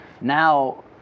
now